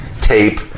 tape